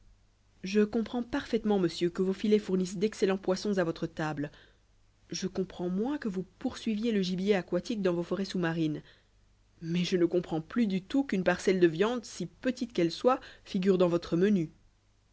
je comprends parfaitement monsieur que vos filets fournissent d'excellents poissons à votre table je comprends moins que vous poursuiviez le gibier aquatique dans vos forêts sous-marines mais je ne comprends plus du tout qu'une parcelle de viande si petite qu'elle soit figure dans votre menu